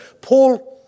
Paul